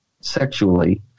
sexually